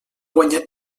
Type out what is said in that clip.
guanyat